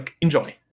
enjoy